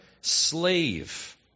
Slave